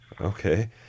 Okay